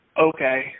Okay